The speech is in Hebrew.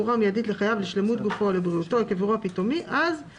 אימא יקרה, חוה היקרה, אנחנו קודם כל מחבקים אותך.